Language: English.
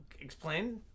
Explain